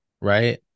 right